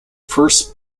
first